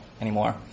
Anymore